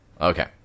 Okay